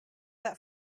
that